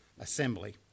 assembly